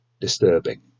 disturbing